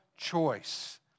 choice